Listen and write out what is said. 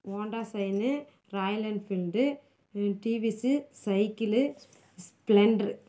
Honda Shine Royal Enfield TVS cycle ஸ் Splendor